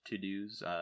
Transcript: to-dos